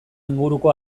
inguruko